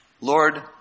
Lord